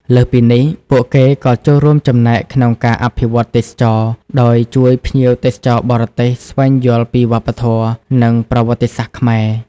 លើសពីនេះ ពួកគេក៏ចូលរួមចំណែកក្នុងការអភិវឌ្ឍទេសចរណ៍ ដោយជួយភ្ញៀវទេសចរបរទេសស្វែងយល់ពីវប្បធម៌ និងប្រវត្តិសាស្ត្រខ្មែរ។